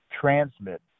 transmit